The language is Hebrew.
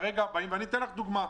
לדוגמא,